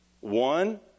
One